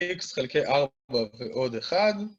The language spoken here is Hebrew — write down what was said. x חלקי 4 ועוד 1